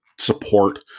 support